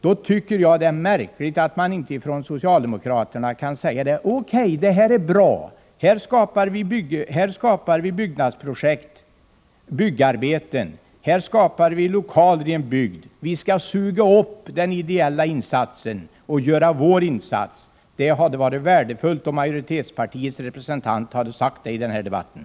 Då tycker jag det är märkligt att inte socialdemokraterna kan säga: O.K., vi tillskjuter en femtedel så har vi ett byggnadsprojekt och skapar lokaler i en bygd. Vi kan suga upp den ideella insatsen och lägga till vår insats. Det hade varit värdefullt om majoritetspartiets representant sagt detta i debatten.